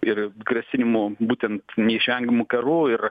ir grasinimų būtent neišvengiamu karu ir